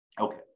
Okay